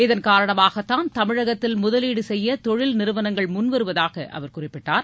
இதன் காரணமாகத்தான் தமிழகத்தில் முதவீடு செய்ய தொழில் நிறுவனங்கள் முன்வருவதூக அவர் குறிப்பிட்டார்